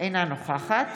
אינה נוכחת